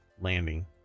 landing